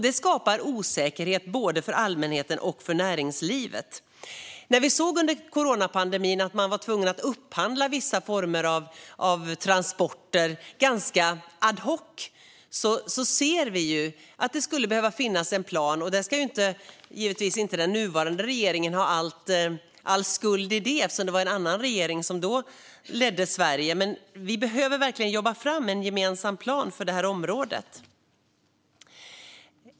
Detta skapar osäkerhet både för allmänheten och för näringslivet. När vi tittar på hur man under coronapandemin var tvungen att upphandla vissa former av transporter ganska ad hoc inser vi ju att det skulle behöva finnas en plan. Detta ska givetvis den nuvarande regeringen inte ha all skuld för eftersom det var en annan regering som ledde Sverige då, men vi behöver verkligen jobba fram en gemensam plan för detta område.